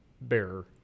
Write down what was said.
bearer